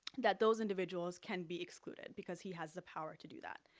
that those individuals can be excluded, because he has the power to do that.